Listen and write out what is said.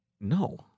No